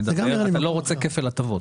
שמדבר על שאתה לא רוצה כפל הטבות.